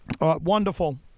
Wonderful